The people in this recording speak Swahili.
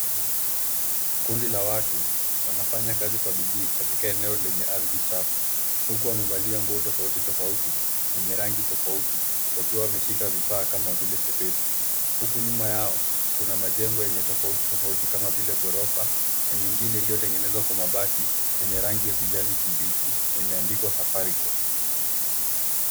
Kundi la watu. Wanafanya kazi kwa bidii katika eneo lenye ardhi chafu. Huku wamevalia nguo tofauti tofauti zenye rangi tofauti wakiwa wameshika vifaa kama vile sepetu. Huku nyuma yao, kuna majengo yenye tofauti tofauti kama vile ghorofa na nyingine iliyotengenezwa kwa mabati yenye rangi ya kijani kibichi na imeandikwa Safaricom .